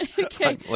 okay